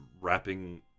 wrapping